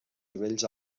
nivells